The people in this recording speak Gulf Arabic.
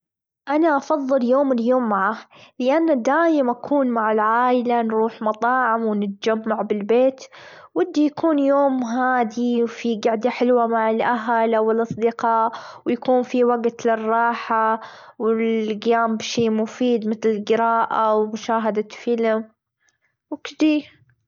أنا أفظل يوم اليمعة يان دايم أكون مع العايلة نروح مطاعم، ونتجمع بالبيت، ودي يكون يوم هادي في جاعدة حلوة مع الأهل أو الأصدقاء ويكون في وجت لراحة، واللجيام بشي مفيد متل الجراءة، ومشاهدة فيلم وكدي.